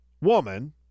woman